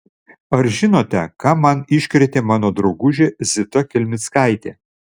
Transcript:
ar žinote ką man iškrėtė mano draugužė zita kelmickaitė